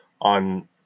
on